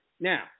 Now